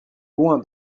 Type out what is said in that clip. loin